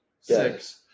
Six